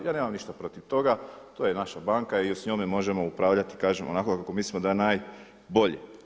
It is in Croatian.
Ja nemam ništa protiv toga, to je naša banka i s njome možemo upravljati kažem onako kao mislimo da je najbolje.